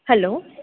hello